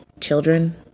children